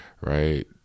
right